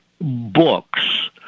books